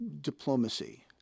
diplomacy